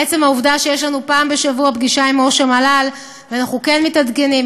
עצם העובדה שיש לנו פעם בשבוע פגישה עם ראש המל"ל ואנחנו כן מתעדכנים,